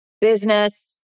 business